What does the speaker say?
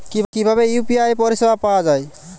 কিভাবে ইউ.পি.আই পরিসেবা পাওয়া য়ায়?